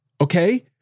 Okay